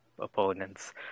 opponents